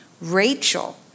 Rachel